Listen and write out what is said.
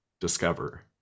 discover